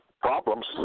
problems